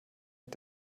mit